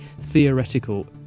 theoretical